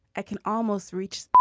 i can almost reach.